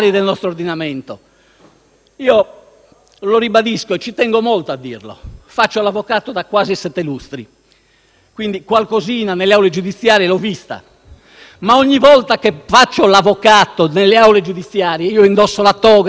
Lo ribadisco e ci tengo molto a dirlo: faccio l'avvocato da quasi sette lustri, quindi qualcosina nelle aule giudiziarie l'ho vista. Ma, ogni volta che faccio l'avvocato nelle aule giudiziarie, io indosso la toga e la indosso convinto,